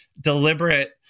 deliberate